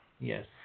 Yes